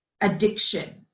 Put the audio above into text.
addiction